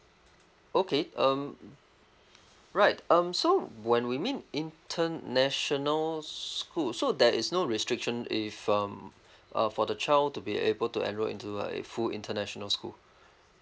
okay um right um so when we mean international school so there is no restriction if um uh for the child to be able to enroll into like full international school